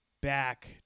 back